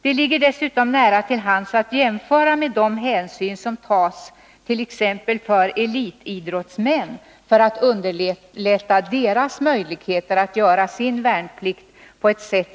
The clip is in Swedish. Det ligger nära till hands att jämföra med de hänsyn som tas till t.ex. elitidrottsmän för att underlätta för dem att göra sin värnplikt.